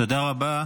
תודה רבה.